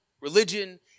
religion